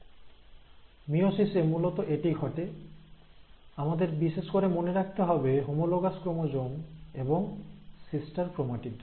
মিয়োসিসে মূলত এটি ঘটে আমাদের বিশেষ করে মনে রাখতে হবে হোমোলোগাস ক্রোমোজোম এবং সিস্টার ক্রোমাটিড